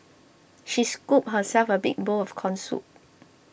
she scooped herself a big bowl of Corn Soup